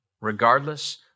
regardless